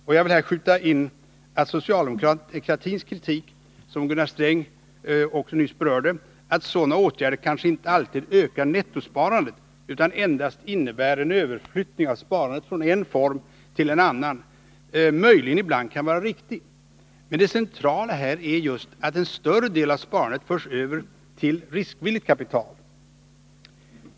Och jag vill här skjuta in att socialdemokratins kritik — som Gunnar Sträng nyss var inne på — att sådana åtgärder kanske inte alltid ökar nettosparandet utan endast innebär en överflyttning av sparandet från en form till en annan, möjligen ibland kan vara riktig. Men det centrala här är just att en större del av sparandet förs över till riskvilligt kapital.